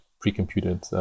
pre-computed